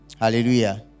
Hallelujah